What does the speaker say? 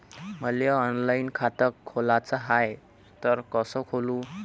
मले ऑनलाईन खातं खोलाचं हाय तर कस खोलू?